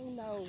no